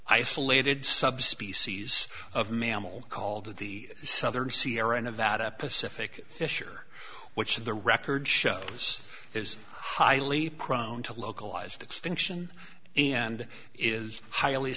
isolated subspecies of mammal called the southern sierra nevada pacific fisher what's the record shows is highly prone to localized extinction and is highly